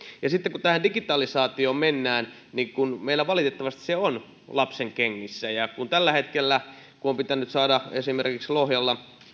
sitten kun tähän digitalisaatioon mennään niin meillä se valitettavasti on lapsenkengissä ja kun tällä hetkellä on pitänyt saada esimerkiksi lohjalla